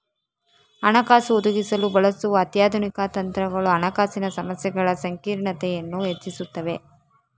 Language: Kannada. ಹಣಕಾಸು ಒದಗಿಸಲು ಬಳಸುವ ಅತ್ಯಾಧುನಿಕ ತಂತ್ರಗಳು ಹಣಕಾಸಿನ ಸಮಸ್ಯೆಗಳ ಸಂಕೀರ್ಣತೆಯನ್ನು ಹೆಚ್ಚಿಸುತ್ತವೆ